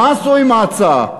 מה עשו עם ההצעה?